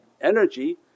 energy